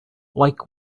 like